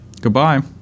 Goodbye